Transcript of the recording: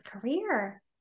career